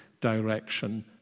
direction